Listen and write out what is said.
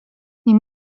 ning